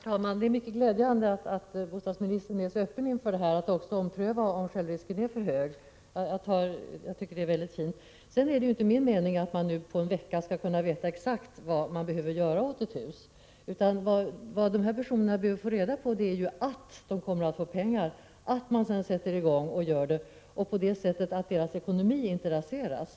Herr talman! Det är mycket glädjande att bostadsministern är så öppen inför att ompröva huruvida inte självrisken är för hög. Det är inte min mening att man på en vecka skall kunna veta exakt vad som behöver göras åt ett hus, utan vad personerna i fråga behöver veta är att de kommer att få pengar och att man sedan sätter i gång åtgärder, så att deras ekonomi inte raseras.